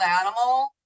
animal